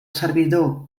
servidor